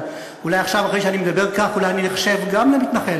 אבל אולי עכשיו אחרי שאני מדבר כך אולי אני איחשב גם למתנחל.